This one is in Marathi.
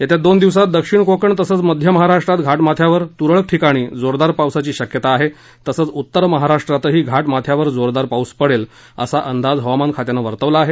येत्या दोन दिवसात दक्षिण कोकण तसंच मध्य महाराष्ट्रात घाटमाथ्यावर तुरळक ठिकाणी जोरदार पावसाची शक्यता आहे तसंच उत्तर महाराष्ट्रातही घाटमाथ्यावर जोरदार पाऊस पडेल असा अंदाज हवामान खात्यानं वर्तवला आहे